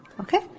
Okay